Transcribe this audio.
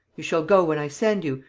you shall go when i send you,